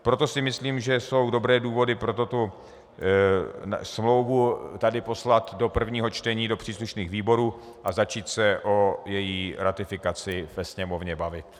Proto si myslím, že jsou dobré důvody tuto smlouvu poslat do prvního čtení do příslušných výborů a začít se o její ratifikaci ve Sněmovně bavit.